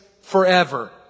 forever